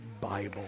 Bible